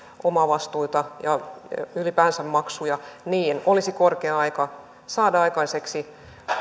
omavastuita ja ylipäänsä maksuja olisi korkea aika saada aikaiseksi